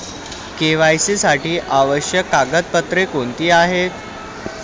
KYC साठी आवश्यक कागदपत्रे कोणती आहेत?